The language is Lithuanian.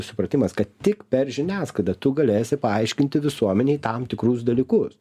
supratimas kad tik per žiniasklaidą tu galėsi paaiškinti visuomenei tam tikrus dalykus